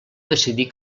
decidir